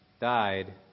died